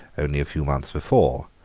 only a few months before,